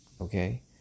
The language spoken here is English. Okay